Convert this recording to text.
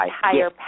higher